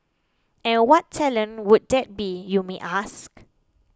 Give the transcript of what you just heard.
and what talent would that be you may ask